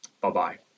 Bye-bye